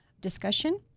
discussion